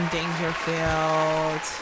Dangerfield